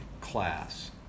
class